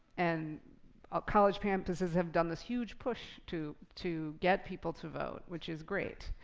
and ah college campuses have done this huge push to to get people to vote, which is great.